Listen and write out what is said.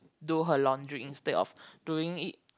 do her laundry instead of doing it